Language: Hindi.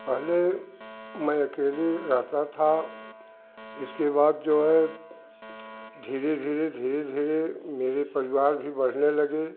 पहले मैं अकेले रहता था इसके बाद जो है धीरे धीरे धीरे धीरे मेरे परिवार भी बढ़ने लगे